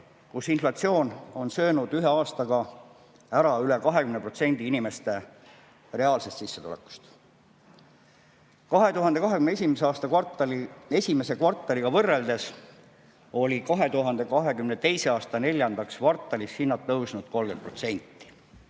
kus inflatsioon on söönud ühe aastaga ära üle 20% inimeste reaalsest sissetulekust? 2021. aasta esimese kvartaliga võrreldes olid 2022. aasta neljandaks kvartaliks hinnad tõusnud 30%,